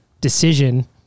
decision